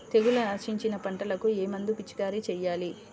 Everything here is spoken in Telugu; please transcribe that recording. తెగుళ్లు ఆశించిన పంటలకు ఏ మందు పిచికారీ చేయాలి?